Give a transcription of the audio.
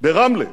ברמלה.